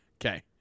Okay